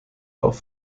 auch